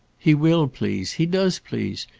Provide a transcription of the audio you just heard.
he will please he does please.